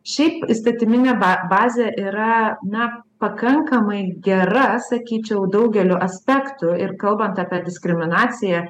šiaip įstatyminė ba bazė yra na pakankamai gera sakyčiau daugeliu aspektų ir kalbant apie diskriminaciją